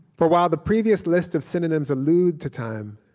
for while the previous list of synonyms allude to time,